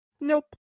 Nope